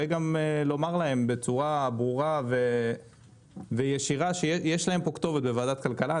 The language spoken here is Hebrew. וגם לומר להם בצורה ברורה וישירה שיש להם פה כתובת בוועדת הכלכלה.